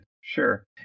sure